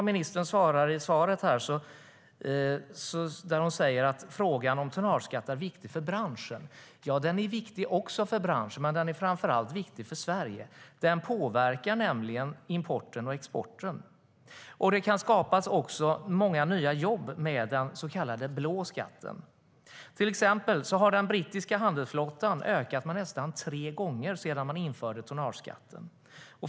I svaret säger ministern att frågan om tonnageskatt är viktig för branschen. Ja, den är viktig för branschen, men den är framför allt viktig för Sverige. Den påverkar nämligen importen och exporten. Det kan också skapas många nya jobb med den så kallade blå skatten. Till exempel har den brittiska handelsflottan ökat med nästan tre gånger sedan man införde tonnageskatten.